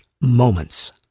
moments